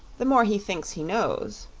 the more he thinks he knows,